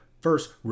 first